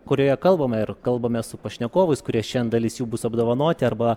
kurioje kalbame ir kalbame su pašnekovais kurie šiandien dalis jų bus apdovanoti arba